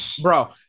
Bro